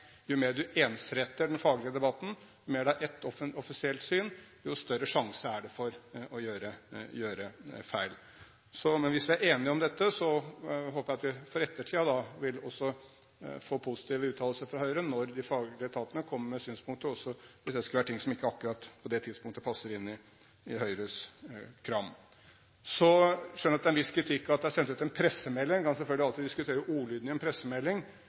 Jo mer du ensretter den faglige debatten, jo mer det er ett offisielt syn, jo større sjanse er det for å gjøre feil. Men hvis vi er enige om dette, håper jeg at vi for ettertiden vil få positive uttalelser fra Høyre når de faglige etatene kommer med synspunkter, også hvis det skulle være ting som ikke akkurat på det tidspunktet passer inn i Høyres kram. Så skjønner jeg at det er en viss kritikk av at det er sendt ut en pressemelding. Man kan selvfølgelig alltid diskutere ordlyden i en pressemelding, men hvis ikke de offentlige etatene skal kunne sende ut en pressemelding,